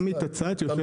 תמתין קצת.